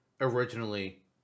originally